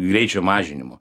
greičio mažinimo